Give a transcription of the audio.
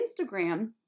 Instagram